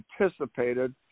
anticipated